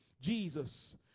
Jesus